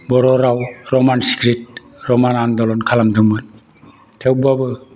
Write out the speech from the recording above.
बर' राव रमान सिक्रिप्ट रमान आन्द्लन खालामदोंमोन थेवब्लाबो